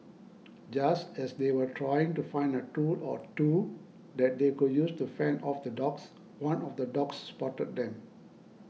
just as they were trying to find a tool or two that they could use to fend off the dogs one of the dogs spotted them